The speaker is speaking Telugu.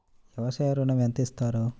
వ్యవసాయ ఋణం ఎంత ఇస్తారు?